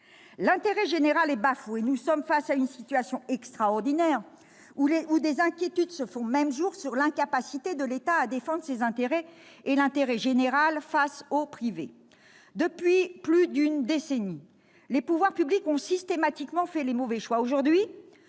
L'intérêt général est bafoué. Nous sommes face à une situation extraordinaire où des inquiétudes se font même jour sur l'incapacité de l'État à défendre ses intérêts et l'intérêt général face au privé. Depuis plus d'une décennie, les pouvoirs publics ont systématiquement fait les mauvais choix.